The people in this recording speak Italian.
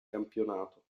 campionato